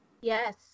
Yes